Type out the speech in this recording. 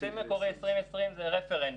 תקציב מקורי 2020 זה רפרנס,